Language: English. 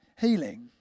healing